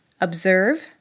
observe